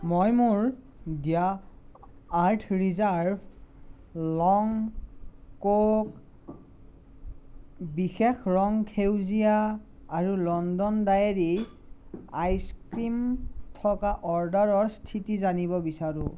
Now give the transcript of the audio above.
মই মোৰ the earth reserve long coke বিশেষ ৰং সেউজীয়া আৰু লণ্ডন ডেইৰী আইচক্ৰীম থকা অৰ্ডাৰৰ স্থিতি জানিব বিচাৰোঁ